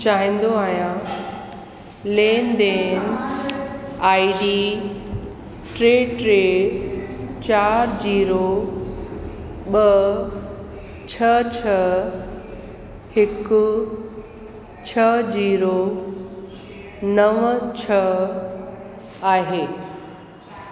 चाहींदो आहियां लेनदेन आईडी टे टटे चारि जीरो ॿ छह छह हिकु छह जीरो नव छह आहे